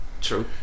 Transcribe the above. True